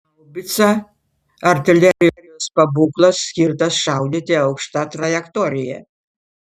haubica artilerijos pabūklas skirtas šaudyti aukšta trajektorija